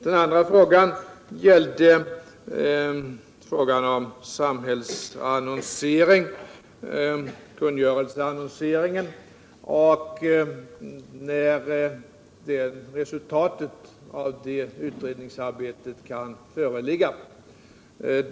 Den andra frågan gällde när resultaten av utredningsarbetet om kungörelseannonsering kan föreligga.